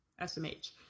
SMH